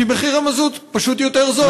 כי מחיר המזוט פשוט יותר זול,